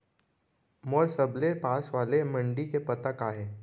मोर सबले पास वाले मण्डी के पता का हे?